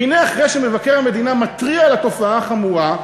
והנה, אחרי שמבקר המדינה מתריע על התופעה החמורה,